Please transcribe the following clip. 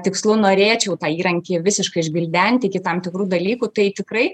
tikslu norėčiau tą įrankį visiškai išgvildenti iki tam tikrų dalykų tai tikrai